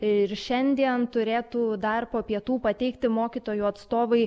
ir šiandien turėtų dar po pietų pateikti mokytojų atstovai